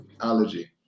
allergy